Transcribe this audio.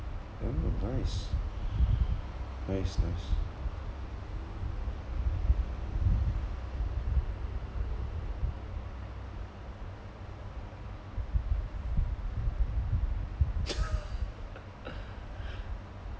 oh nice nice nice